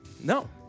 No